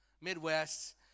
Midwest